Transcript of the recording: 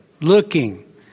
looking